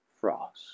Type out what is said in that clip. Frost